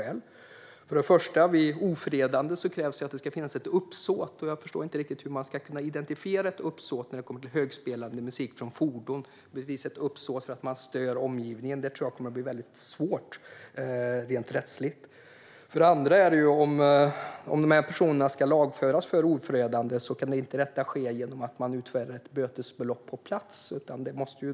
För det första: Vid ofredande krävs att det ska finnas ett uppsåt. Jag förstår inte riktigt hur man ska kunna identifiera ett uppsåt när det handlar om högspelande musik från fordon. Jag tror att det kommer att bli väldigt svårt rent rättsligt att bevisa ett uppsåt att störa omgivningen. För det andra: Om de här personerna ska lagföras för ofredande kan inte detta ske genom att man utfärdar ett bötesbelopp på plats.